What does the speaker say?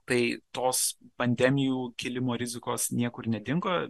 tai tos pandemijų kilimo rizikos niekur nedingo